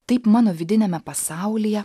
taip mano vidiniame pasaulyje